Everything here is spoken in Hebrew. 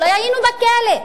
אולי היינו בכלא,